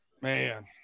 Man